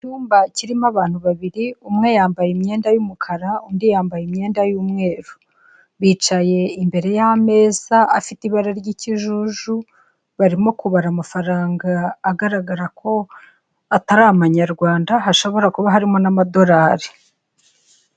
Icyumba kirimo abantu babiri, umwe yambaye imyenda yumukara, undi yambaye imyenda y'umweru. Bicaye imbere y'ameza afite ibara ry'ikijuju, barimo kubara amafaranga agaragara ko atari Amanyarwanda hashobora kuba harimo n'amadorali.